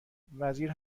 وزیر